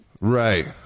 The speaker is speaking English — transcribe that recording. right